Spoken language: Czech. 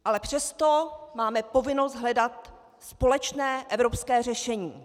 Ale přesto máme povinnost hledat společné evropské řešení.